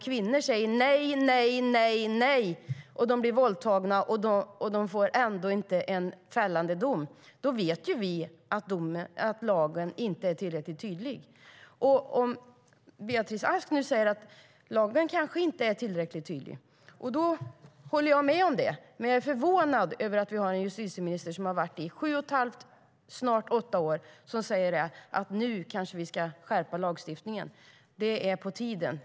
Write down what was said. Kvinnor säger: Nej, nej, nej! Det blir ändå inte en fällande dom vid våldtäkt, och vi vet att lagen inte är tillräckligt tydlig. Jag håller med när Beatrice Ask säger att lagen inte är tillräckligt tydlig, men jag är förvånad över att justitieministern efter sju och ett halvt, snart åtta, år säger att lagstiftningen nu kanske ska skärpas. Det är på tiden.